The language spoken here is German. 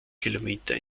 kilometer